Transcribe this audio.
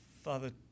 Father